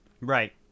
Right